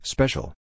Special